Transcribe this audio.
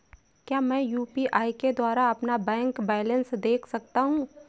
क्या मैं यू.पी.आई के द्वारा अपना बैंक बैलेंस देख सकता हूँ?